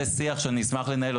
זה שיח שאני אשמח לנהל,